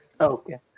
Okay